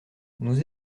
nous